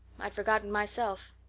i'd forgotten myself.